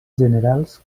generals